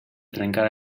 trencar